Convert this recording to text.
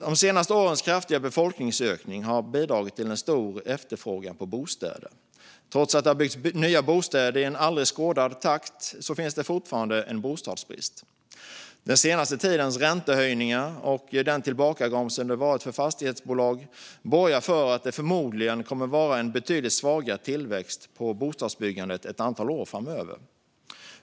De senaste årens kraftiga befolkningsökning har bidragit till en stor efterfrågan på bostäder. Trots att det har byggts nya bostäder i en aldrig skådad takt finns det fortfarande en bostadsbrist. Den senaste tidens räntehöjningar och den tillbakagång som har skett för fastighetsbolag borgar för att det förmodligen kommer att vara en betydligt svagare tillväxt för bostadsbyggandet ett antal år framöver.